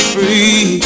Free